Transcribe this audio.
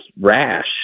rash